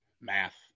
Math